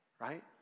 right